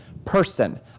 person